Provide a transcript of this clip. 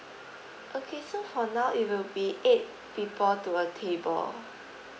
okay so for now it will be eight people to a table